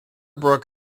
brook